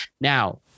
Now